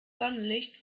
sonnenlicht